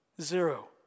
zero